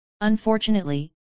Unfortunately